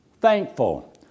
thankful